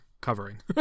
covering